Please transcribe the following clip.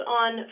on